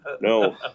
No